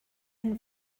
and